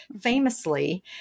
famously